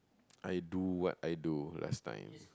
I do what I do last time